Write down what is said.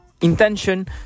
intention